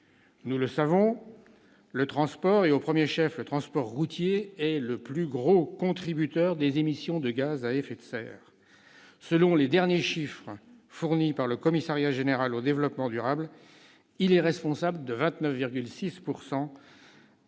Nous le savons, le transport, et au premier chef le transport routier, est le plus grand contributeur aux émissions de gaz à effet de serre. Selon les derniers chiffres fournis par le Commissariat général au développement durable, il est responsable de 29,6